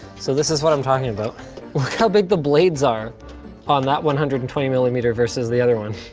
so this is what i'm talking about. look how big the blades are on that one hundred and twenty millimeter versus the other one.